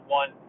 one